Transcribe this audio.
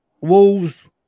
Wolves